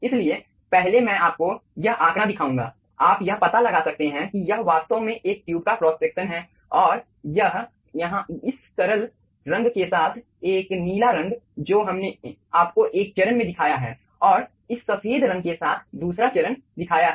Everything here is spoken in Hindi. इसलिए पहले मैं आपको यह आंकड़ा दिखाऊंगा आप यह पता लगा सकते हैं कि यह वास्तव में एक ट्यूब का क्रॉस सेक्शन है और यहाँ इस तरल रंग के साथ एक नीला रंग जो हमने आपको एक चरण में दिखाया है और इस सफेद रंग के साथ दूसरा चरण दिखाया है